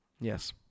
Yes